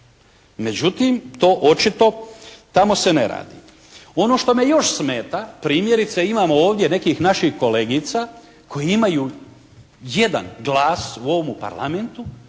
Međutim, to očito tamo se ne radi. Ono što me još smeta primjerice imamo ovdje nekih naših kolegica koje imaju jedan glas u ovomu Parlamentu,